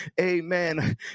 amen